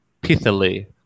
pithily